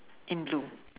in blue